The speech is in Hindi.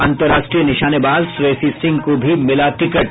अन्तर्राष्ट्रीय निशानेबाज श्रेयसी सिंह को भी मिला टिकट